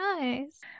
nice